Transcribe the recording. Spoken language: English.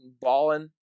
balling